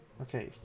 Okay